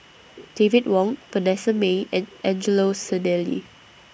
David Wong Vanessa Mae and Angelo Sanelli